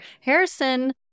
Harrison